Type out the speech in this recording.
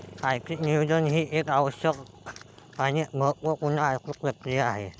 आर्थिक नियोजन ही एक आवश्यक आणि महत्त्व पूर्ण आर्थिक प्रक्रिया आहे